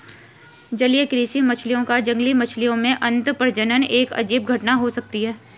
जलीय कृषि मछलियों का जंगली मछलियों में अंतःप्रजनन एक अजीब घटना हो सकती है